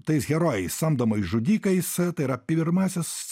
tais herojais samdomais žudikais tai yra pirmasis